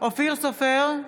אופיר סופר,